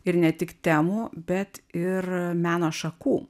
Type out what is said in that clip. ir ne tik temų bet ir meno šakų